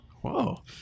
Whoa